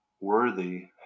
worthy